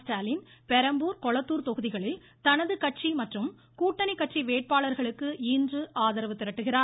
ஸ்டாலின் பெரம்பூர் கொளத்தூர் தொகுதிகளில் தனது கட்சி மற்றும் கூட்டணி கட்சி வேட்பாளர்களுக்கு இன்று ஆதரவு திரட்டுகிறார்